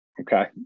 Okay